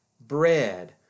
bread